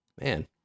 Man